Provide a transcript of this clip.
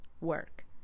work